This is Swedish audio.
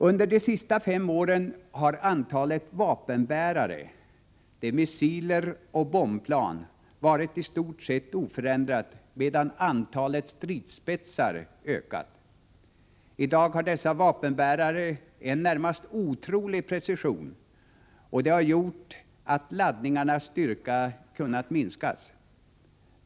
Under de senaste fem åren har antalet vapenbärare — missiler och bombplan — varit i stort oförändrat, medan antalet stridsspetsar ökat. I dag har dessa vapenbärare en närmast otrolig precision, och det har gjort att laddningarnas styrka kunnat minskas.